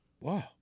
Wow